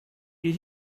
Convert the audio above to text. did